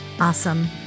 Awesome